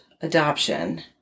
adoption